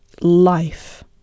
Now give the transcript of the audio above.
life